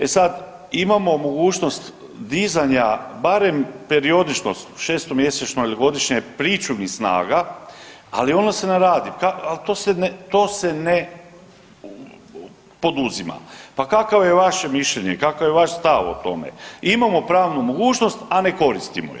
E sad, imamo mogućnost dizanja barem periodično 6-mjesečno ili godišnje pričuvnih snaga, ali ono se ne radi, al to se ne, to se ne poduzima, pa kakav je vaše mišljenje, kakav je vaš stav o tome, imamo pravnu mogućnost, a ne koristimo je.